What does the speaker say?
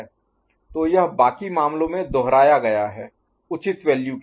तो यह बाकी मामलों में दोहराया गया है उचित वैल्यू के साथ